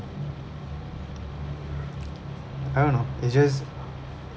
I don't know it's just